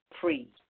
free